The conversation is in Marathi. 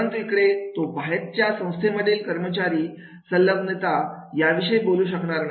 परंतु इकडे तो बाहेरील संस्थांमधील कर्मचारी संलग्नता याविषयी बोलू शकणार नाही